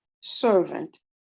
servant